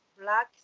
black